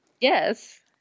Yes